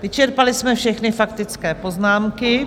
Vyčerpali jsme všechny faktické poznámky.